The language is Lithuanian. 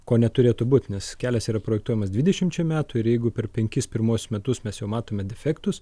ko neturėtų būt nes kelias yra projektuojamas dvidešimčia metų ir jeigu per penkis pirmuosius metus mes jau matome defektus